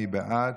מי בעד?